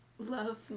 Love